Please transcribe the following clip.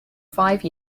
five